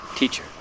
Teacher